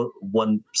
one